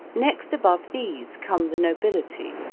next above these come the nobility,